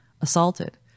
assaulted